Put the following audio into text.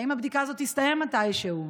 האם הבדיקה הזאת תסתיים מתישהו?